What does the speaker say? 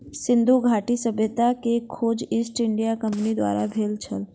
सिंधु घाटी सभ्यता के खोज ईस्ट इंडिया कंपनीक द्वारा भेल छल